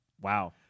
Wow